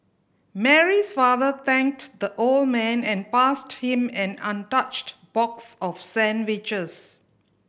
Mary's father thanked the old man and passed him an untouched box of sandwiches